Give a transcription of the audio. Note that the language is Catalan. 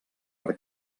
per